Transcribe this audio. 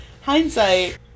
Hindsight